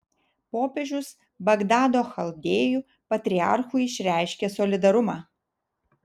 popiežius bagdado chaldėjų patriarchui išreiškė solidarumą